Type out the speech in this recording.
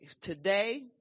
today